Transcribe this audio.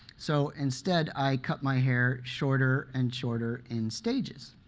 so instead i cut my hair shorter and shorter in stages